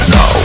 no